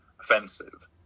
offensive